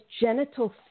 genital